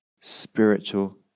spiritual